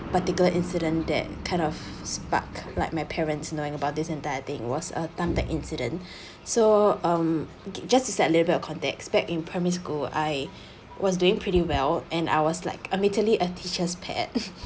particular incident that kind of spark like my parents knowing about this entire thing was a thumb tack incident so um just is that little bit of context back in primary school I was doing pretty well and I was like admittedly a teacher's pet